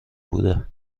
بوده